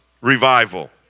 revival